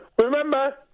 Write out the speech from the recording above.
remember